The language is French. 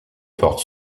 portes